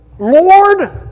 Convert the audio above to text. Lord